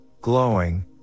glowing